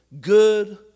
good